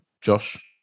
Josh